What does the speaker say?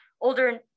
older